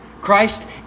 Christ